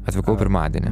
atvykau pirmadienį